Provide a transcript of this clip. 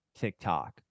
TikTok